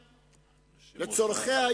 אבל אני שואל,